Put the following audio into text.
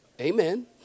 Amen